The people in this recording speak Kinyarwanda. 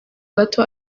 gato